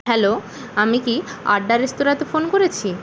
hello আমি কি আড্ডা রেস্তোরাঁতে ফোন করেছি